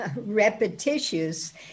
repetitious